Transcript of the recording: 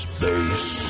Space